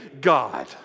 God